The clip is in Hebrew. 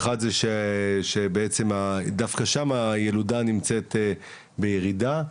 אחת שבעצם דווקא שם הילודה נמצאת בירידה,